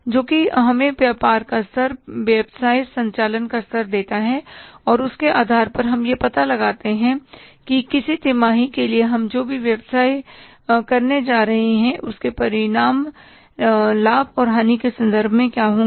जोकि हमें व्यापार का स्तर व्यवसाय संचालन का स्तर देता है और उसके आधार पर हम यह पता लगा सकते हैं कि किसी तिमाही के लिए हम जो भी व्यवसाय करने जा रहे हैं उसके परिणाम लाभ और हानि के संदर्भ में क्या होंगे